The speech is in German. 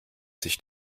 sich